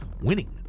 winning